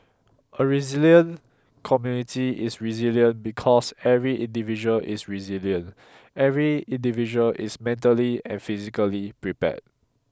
a resilient community is resilient because every individual is resilient every individual is mentally and physically prepared